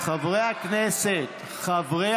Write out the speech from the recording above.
חברי הכנסת, חברי